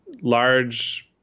large